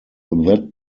that